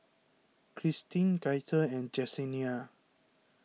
Cristin Gaither and Jessenia